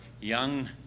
young